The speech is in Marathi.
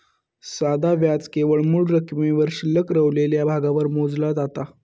साधा व्याज केवळ मूळ रकमेवर शिल्लक रवलेल्या भागावर मोजला जाता